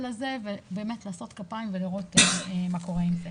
הזה ובאמת לעשות כפיים ולראות מה קורה עם זה.